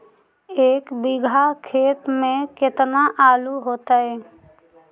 एक बिघा खेत में केतना आलू होतई?